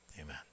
amen